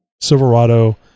Silverado